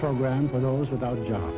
program for those without a job